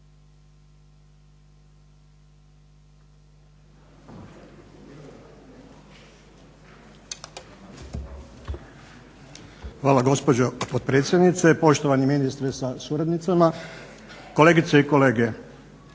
Hvala gospođo potpredsjednice, poštovani ministre da suradnicama, kolegice i kolege.